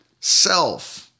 self